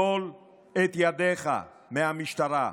טול את ידיך מהמשטרה.